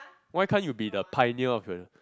why can't you be the pioneer of the